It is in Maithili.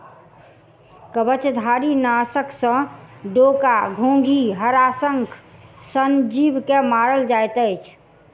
कवचधारीनाशक सॅ डोका, घोंघी, हराशंख सन जीव के मारल जाइत अछि